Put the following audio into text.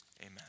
Amen